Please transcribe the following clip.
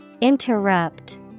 Interrupt